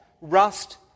rust